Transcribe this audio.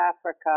Africa